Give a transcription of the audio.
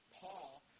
Paul